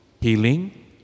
healing